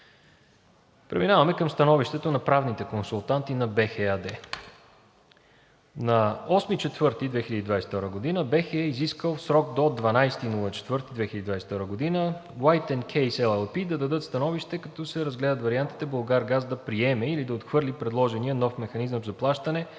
Преминаваме към Становището на правните консултанти на БЕХ ЕАД. На 8 април 2022 г. БЕХ е изискал в срок до 12 април 2022 г. White and Case LLP да дадат становище, като се разгледат вариантите „Булгаргаз“ да приеме или да отхвърли предложения нов механизъм за плащане,